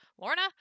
Lorna